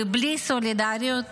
ובלי סולידריות